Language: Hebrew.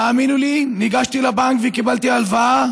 והאמינו לי, ניגשתי לבנק וקיבלתי הלוואה